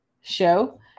show